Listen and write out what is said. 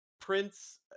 Prince